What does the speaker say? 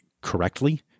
correctly